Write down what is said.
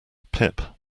pip